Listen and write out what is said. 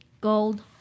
gold